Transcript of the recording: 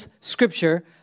scripture